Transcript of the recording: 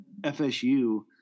FSU